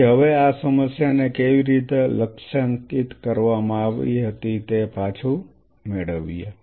તેથી હવે આ સમસ્યાને કેવી રીતે લક્ષ્યાંકિત કરવામાં આવી હતી તે પાછું મેળવીએ